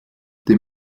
dem